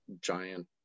giant